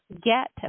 get